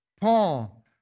Paul